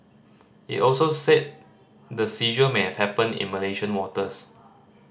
it also said the seizure may have happened in Malaysian waters